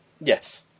Yes